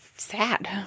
Sad